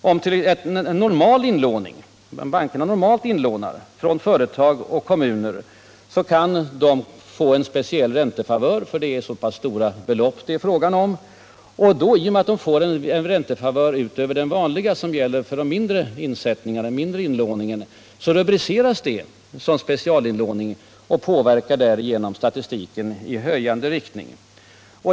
Även för en normal inlåning från företag och kommuner kan bankerna nämligen lämna en speciell räntefavör, eftersom det är fråga om så stora belopp. I och med att man lämnar en räntefavör utöver den vanliga räntan, som gäller för den mindre inlåningen, rubriceras detta som specialinlåning och påverkar därigenom statistiken i höjande riktning.